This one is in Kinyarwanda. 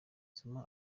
zuma